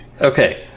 Okay